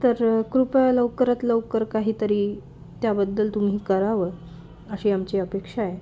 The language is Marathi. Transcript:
तर कृपया लवकरात लवकर काहीतरी त्याबद्दल तुम्ही करावं अशी आमची अपेक्षा आहे